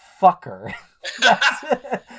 fucker